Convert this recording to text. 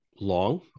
long